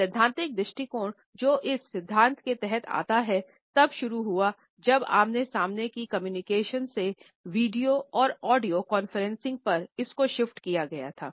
सैद्धांतिक दृष्टिकोण जो इस सिद्धांत के तहत आता है तब शुरू हुआ जब आमने सामने की कम्युनिकेशन से ऑडियो या वीडियो कॉन्फ्रेंसिंग पर इसको शिफ्ट किया गया था